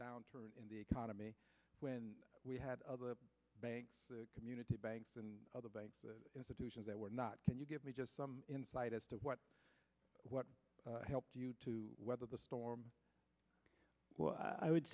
downturn in the economy when we had other banks community banks and other banks institutions that were not can you give me just some insight as to what what helped you to weather the storm well i would